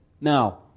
Now